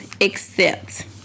accept